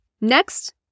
Next